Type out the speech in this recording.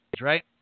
right